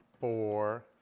four